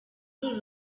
uru